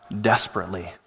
desperately